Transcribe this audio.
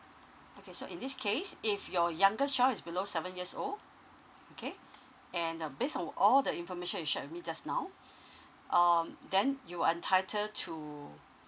okay so in this case if your youngest child is below seven years old okay and uh base on all the information you shared with me just now um then you entitled to